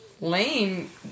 Lame